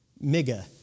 mega